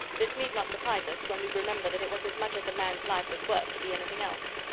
this need not surprise us, when we remember that it was as much as a man's life was worth to be anything else.